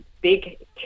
big